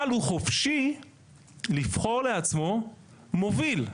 אבל הוא חופשי לבחור לעצמו מוביל.